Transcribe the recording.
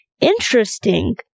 Interesting